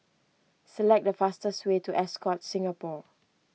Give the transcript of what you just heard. select the fastest way to Ascott Singapore